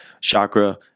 chakra